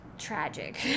tragic